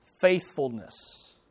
faithfulness